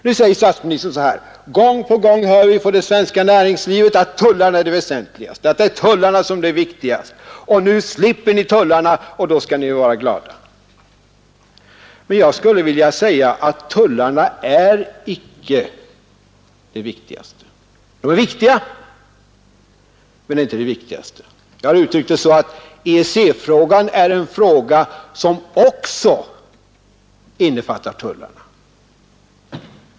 Nu säger statsministern: Gång på gång har vi från det svenska näringslivet fått höra att tullarna är det viktigaste; nu slipper ni tullarna, och då skall ni väl vara glada! Men tullarna är inte viktigast; de är viktiga men inte viktigaste. Jag har uttryckt det så att EEC-frågan är en fråga som också innefattar tullarna.